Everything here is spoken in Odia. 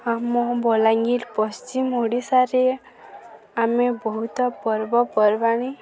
ଆମ ବଲାଙ୍ଗୀର ପଶ୍ଚିମ ଓଡ଼ିଶାରେ ଆମେ ବହୁତ ପର୍ବପର୍ବାଣୀ